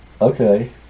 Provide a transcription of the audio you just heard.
okay